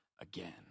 again